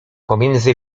pomiędzy